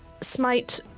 smite